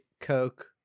coke